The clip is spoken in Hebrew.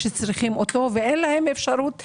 לפי מה שאתה אומר, לולא הוועדה המצב היה יותר